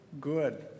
good